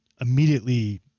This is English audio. immediately